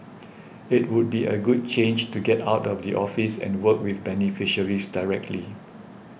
it would be a good change to get out of the office and work with beneficiaries directly